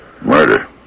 Murder